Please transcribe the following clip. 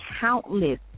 countless